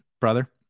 brother